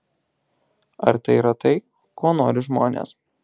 ar tai yra tai ko nori žmonės